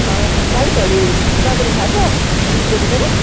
डाइटहरू तपाईँलाई थाह छ जिमको विषयमा